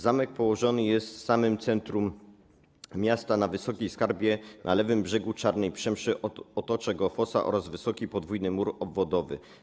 Zamek położony jest w samym centrum miasta, na wysokiej skarpie na lewym brzegu Czarnej Przemszy, otacza go fosa oraz wysoki podwójny mur obwodowy.